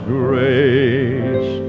grace